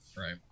Right